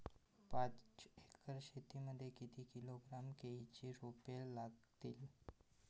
पाच एकर शेती मध्ये किती किलोग्रॅम केळीची रोपे लागतील?